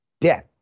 death